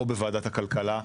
או בוועדת הכלכלה.